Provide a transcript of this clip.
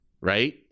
right